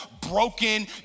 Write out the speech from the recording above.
broken